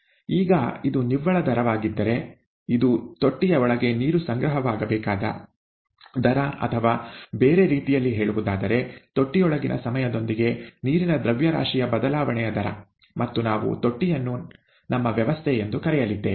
ಈಗ ಇದು ನಿವ್ವಳ ದರವಾಗಿದ್ದರೆ ಇದು ತೊಟ್ಟಿಯ ಒಳಗೆ ನೀರು ಸಂಗ್ರಹವಾಗಬೇಕಾದ ದರ ಅಥವಾ ಬೇರೆ ರೀತಿಯಲ್ಲಿ ಹೇಳುವುದಾದರೆ ತೊಟ್ಟಿಯೊಳಗಿನ ಸಮಯದೊಂದಿಗೆ ನೀರಿನ ದ್ರವ್ಯರಾಶಿಯ ಬದಲಾವಣೆಯ ದರ ಮತ್ತು ನಾವು ತೊಟ್ಟಿಯನ್ನು ನಮ್ಮ ವ್ಯವಸ್ಥೆ ಎಂದು ಕರೆಯಲಿದ್ದೇವೆ